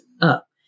up